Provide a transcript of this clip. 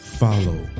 follow